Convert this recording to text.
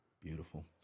Beautiful